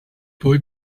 boy